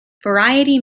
variety